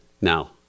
Now